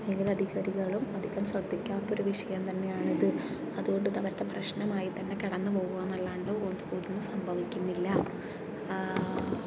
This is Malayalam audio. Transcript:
മേലധികാരികളും അധികം ശ്രദ്ധിക്കാത്തൊരു വിഷയം തന്നെയാണിത് അതുകൊണ്ട് ഇതവരുടെ പ്രശ്നമായി തന്നെ കടന്നു പോവുകയെന്നല്ലാണ്ട് ഒന്ന് ഒന്നും സംഭവിക്കുന്നില്ല